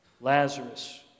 Lazarus